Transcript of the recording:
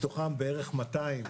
מה עשיתם,